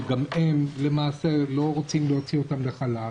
שגם אותם למעשה לא רוצים להוציא לחל"ת,